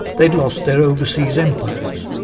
they lost their overseas empires.